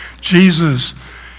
Jesus